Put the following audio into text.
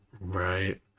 right